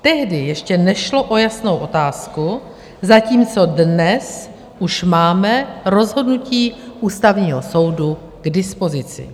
Tehdy ještě nešlo o jasnou otázku, zatímco dnes už máme rozhodnutí Ústavního soudu k dispozici.